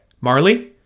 Marley